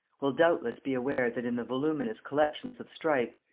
will doubtless be aware that in the voluminous collections of strype,